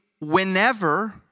whenever